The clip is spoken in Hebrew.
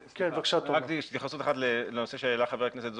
רק התייחסות אחת לנושא שהעלה חבר הכנסת זוהר,